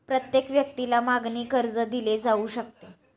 प्रत्येक व्यक्तीला मागणी कर्ज दिले जाऊ शकते